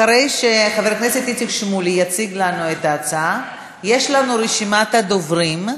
אחרי שחבר הכנסת איציק שמולי יציג לנו את ההצעה יש לנו רשימת דוברים,